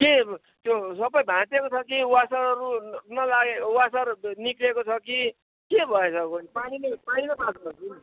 के त्यो सबै भाँच्चिएको छ कि वासरहरू नलागेको वासर निक्लेको छ कि के भएछ कुन्नि पानी नै पानीमा पास